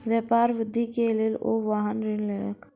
व्यापार वृद्धि के लेल ओ वाहन ऋण लेलैन